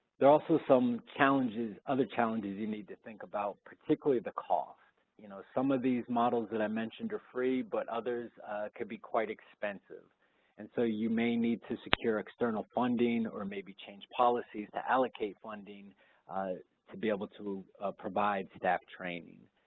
there are also some other challenges you need to think about, particularly the cost. you know some of these models that i mentioned are free, but others could be quite expensive and so you may need to secure external funding or maybe change policies to allocate funding to be able to provide staff training.